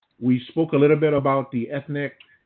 we spoke a little bit about the ethnic,